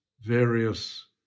various